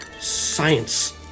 science